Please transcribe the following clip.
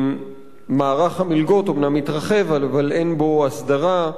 מערך המלגות אומנם התרחב, אבל אין בו הסדרה.